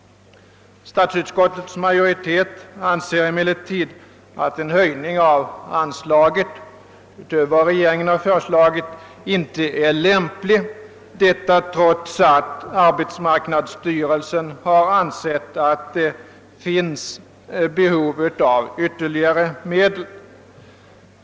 Statsutskottets majoritet anser emellertid att en höjning av anslaget utöver vad regeringen har föreslagit inte är lämplig, detta trots att arbetsmarknadsstyrelsen har framhållit att behov föreligger av ytterligare medel.